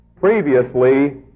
previously